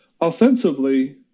offensively